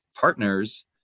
partners